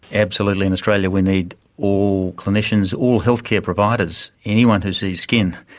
absolutely. in australia we need all clinicians, all healthcare providers, anyone who sees skin,